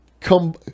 Come